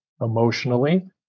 emotionally